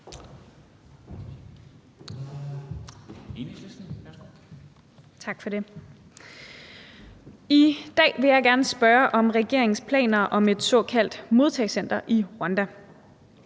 I dag vil jeg gerne spørge om regeringens planer om et såkaldt modtagecenter i Rwanda.